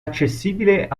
accessibile